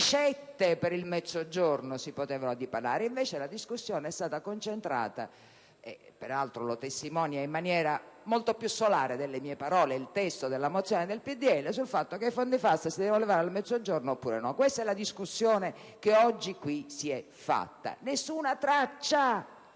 di ricette per il Mezzogiorno si potevano dipanare. La discussione, invece, si è concentrata - peraltro lo testimonia in maniera molto più solare delle mie parole il testo della mozione del PdL - sul fatto se i fondi FAS si dovevano levare al Mezzogiorno oppure no. Questa è la discussione che oggi si è fatta qui: nessuna traccia